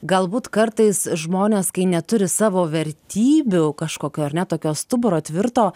galbūt kartais žmonės kai neturi savo vertybių kažkokio ar ne tokio stuburo tvirto